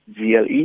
GLE